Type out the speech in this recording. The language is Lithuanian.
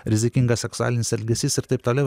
rizikingas seksualinis elgesys ir taip toliau